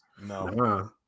No